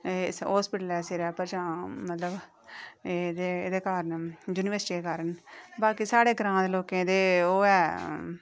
एह् हास्पिटलै दे सिरे पर जां एह्दे एह्दे कारण युनिवर्सिटी दे कारण बाकी साढ़े ग्रां दे लोकें ते ओह् ऐ